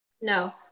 No